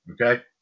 okay